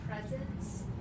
presence